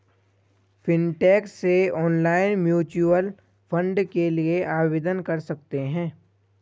fintech से online mutual fund के लिए आवेदन कर सकते हैं